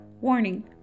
Warning